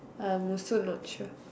I'm also not sure